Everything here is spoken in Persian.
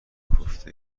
کوفته